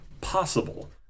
possible